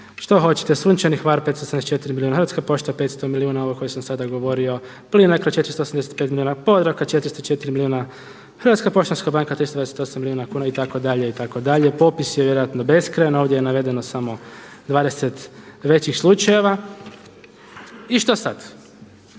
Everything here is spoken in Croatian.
što hoćete, Sunčani Hvar 574 milijuna, Hrvatska pošta 500 milijuna ova o kojoj sam sada govorio, Plinacro 485 milijuna, Podravka 404 milijuna, Hrvatska poštanska banka 328 milijuna kuna itd., popis je vjerojatno beskrajan. Ovdje je navedeno samo 20 većih slučajeva. I što sad?